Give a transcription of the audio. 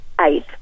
eight